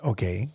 Okay